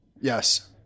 Yes